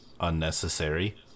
unnecessary